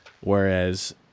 Whereas